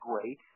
great